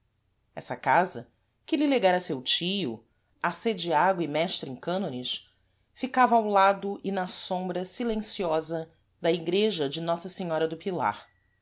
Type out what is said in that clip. essa casa que lhe legara seu tio arcediago e mestre em cânones ficava ao lado e na sombra silenciosa da igreja de nossa senhora do pilar